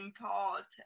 important